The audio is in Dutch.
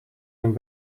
een